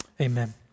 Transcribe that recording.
Amen